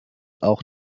auch